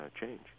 change